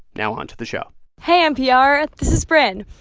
now onto the show hey npr. this is brynn.